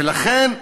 ולכן,